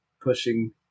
pushing